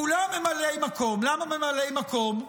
כולם ממלאי מקום, למה ממלאי מקום?